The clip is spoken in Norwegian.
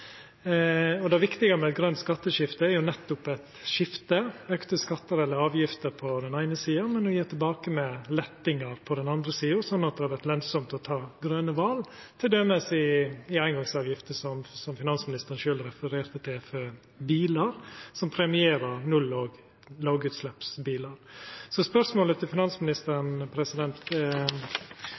bekrefta. Det viktige med grønt skatteskifte er nettopp eit skifte – auka skattar eller avgifter på den eine sida, men å gje tilbake med lettar på den andre sida, sånn at det vert lønsamt å ta grøne val, t.d. når det gjeld eingongsavgifter for bilar, som finansministeren sjølv refererte til, og som premierer null- og lågutsleppsbilar. Så spørsmålet til finansministeren